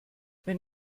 wenn